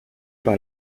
par